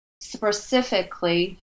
specifically